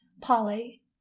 Polly